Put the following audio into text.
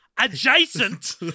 Adjacent